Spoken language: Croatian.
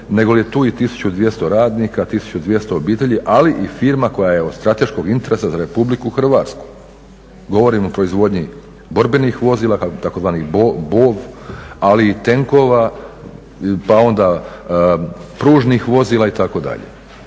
negoli je tu i 1200 radnika, 1200 obitelji, ali i firma koja je od strateškog interesa za Republiku Hrvatsku. Govorim o proizvodnji borbenih vozila tzv. BOV ali i tenkova, pa onda pružnih vozila itd.